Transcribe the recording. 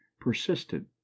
persisted